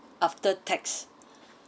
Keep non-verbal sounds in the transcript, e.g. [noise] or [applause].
after tax [breath]